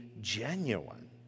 genuine